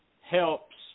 helps